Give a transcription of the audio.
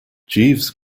jeeves